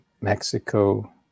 Mexico